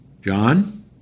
John